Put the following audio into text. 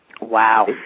Wow